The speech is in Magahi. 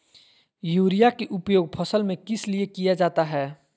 युरिया के उपयोग फसल में किस लिए किया जाता है?